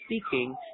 speaking